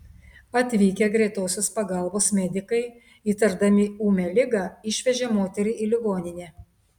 atvykę greitosios pagalbos medikai įtardami ūmią ligą išvežė moterį į ligoninę